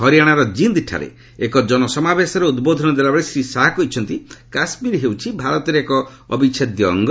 ହରିଆଶାର ଜିନ୍ଦ୍ରାରେ ଏକ ଜନସମାବେଶରେ ଉଦ୍ବୋଧନ ଦେଲାବେଳେ ଶ୍ରୀ ଶାହା କହିଛନ୍ତି କାଶ୍ମୀର ହେଉଛି ଭାରତର ଏକ ଅବିଚ୍ଛେଦ୍ୟ ଅଙ୍ଗ